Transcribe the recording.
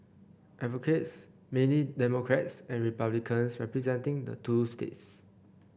advocates mainly Democrats and Republicans representing the two states